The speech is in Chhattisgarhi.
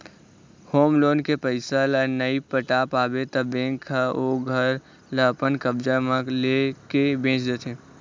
होम लोन के पइसा ल नइ पटा पाबे त बेंक ह ओ घर ल अपन कब्जा म लेके बेंच देथे